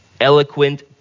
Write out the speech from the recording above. eloquent